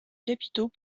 capitaux